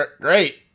great